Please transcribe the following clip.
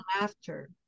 laughter